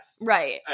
right